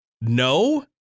No